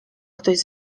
ktoś